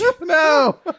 No